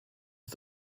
die